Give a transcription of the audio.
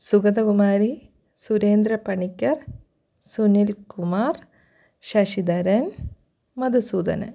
Sugathakumari Surendra Panicker Sunilkumar Sasidharan Madhusoodanan